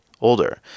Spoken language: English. older